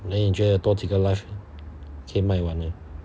那你觉得多几个 live 可以卖完呢